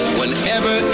whenever